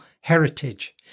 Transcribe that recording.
heritage